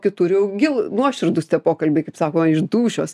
kitur jau gil nuoširdūs tie pokalbiai kaip sako iš dūšios